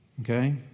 Okay